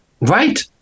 Right